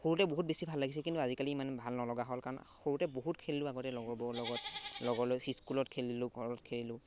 সৰুতে বহুত বেছি ভাল লাগিছিল কিন্তু আজিকালি ইমান ভাল নলগা হ'ল কাৰণ সৰুতে বহুত খেলিলোঁ আগতে লগৰবোৰৰ লগত লগৰ লগত স্কুলত খেলিলোঁ ঘৰত খেলিলোঁ